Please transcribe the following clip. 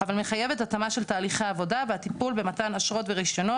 אבל מחייבת התאמה של תהליך העבודה והטיפול במתן אשרות ורישיונות